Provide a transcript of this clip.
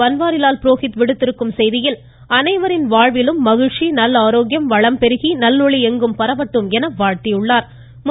பன்வாரிலால் புரோஹித் விடுத்திருக்கும் செய்தியில் அனைவரின் வாழ்விலும் மகிழ்ச்சி நல் ஆரோக்கியம் வளம் பெருகி நல்ஒளி எங்கும் பரவட்டும் என வாழ்த்தியுள்ளாா்